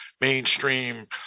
mainstream